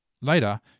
Later